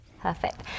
Perfect